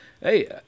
hey